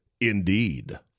Indeed